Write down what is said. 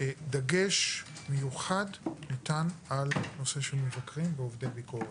דגש מיוחד ניתן על נושא מבקרים ועובדי ביקורת.